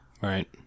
Right